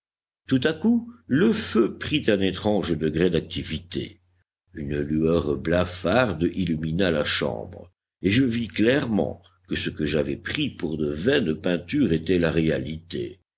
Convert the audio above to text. tout à coup le feu prit un étrange degré d'activité une lueur blafarde illumina la chambre et je vis clairement que ce que j'avais pris pour de vaines peintures était la réalité